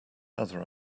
other